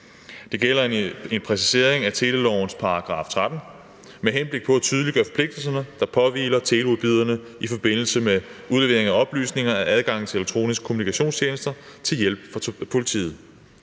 Det gælder en præcisering af telelovens § 13 med henblik på at tydeliggøre forpligtelserne, der påhviler teleudbyderne i forbindelse med udlevering af oplysninger og adgang til elektroniske kommunikationstjenester til hjælp for politiet.